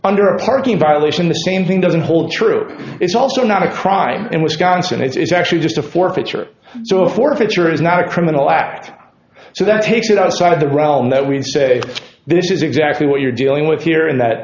under a parking violation the same thing doesn't hold true it's also not a crime in wisconsin it's actually just a forfeiture or forfeiture is not a criminal act so that takes it outside of the realm that we say this is exactly what you're dealing with here and that